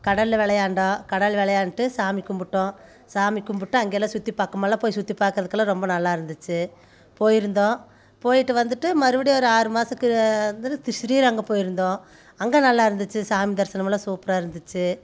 கடலில் விளையாண்டோம் கடலில் விளையாண்ட்டு சாமி கும்பிட்டோம் சாமி கும்பிட்டு அங்கெல்லாம் சுற்றி பார்க்கும் மலை போய் சுற்றி பாக்குறதுக்கெல்லாம் ரொம்ப நல்லா இருந்துச்சு போய்ருந்தோம் போய்ட்டு வந்துட்டு மறுபடி ஒரு ஆறு மாதத்துக்கு வந்துட்டு ஸ்ரீரங்கம் போய்ருந்தோம் அங்கே நல்லா இருந்துச்சு சாமி தரிசனம் எல்லாம் சூப்பராக இருந்துச்சு